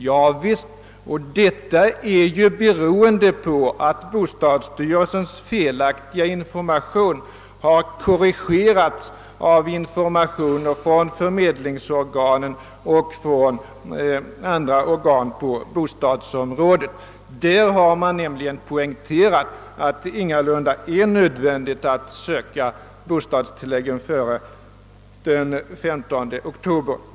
Ja visst — detta är ju beroende på att bostadsstyrelsens felaktiga information har korrigerats av informationer från förmedlingsorganen och från andra organ på bostadsområdet. Där har nämligen poängterats att det ingalunda är nödvändigt att söka bostadstilläggen före den 15 oktober.